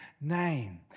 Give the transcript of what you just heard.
name